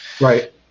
Right